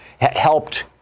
helped